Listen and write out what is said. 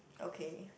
okay